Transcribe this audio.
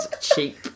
cheap